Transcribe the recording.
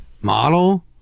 model